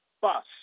bus